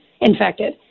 infected